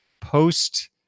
Post